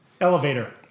Elevator